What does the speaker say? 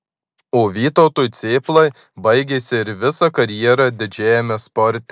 o vytautui cėplai baigėsi ir visa karjera didžiajame sporte